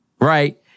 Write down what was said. right